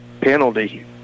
penalty